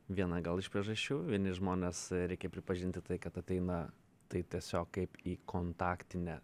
viena gal iš priežasčių vieni žmonės reikia pripažinti tai kad ateina tai tiesiog kaip į kontaktinę